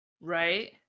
right